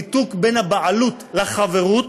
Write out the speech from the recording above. ניתוק בין הבעלות לחברות,